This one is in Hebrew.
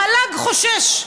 המל"ג חושש,